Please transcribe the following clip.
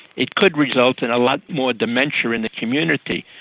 it could result in a lot more dementia in the community.